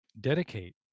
dedicate